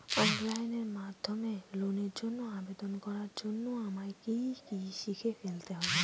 Online মাধ্যমে লোনের জন্য আবেদন করার জন্য আমায় কি কি শিখে ফেলতে হবে?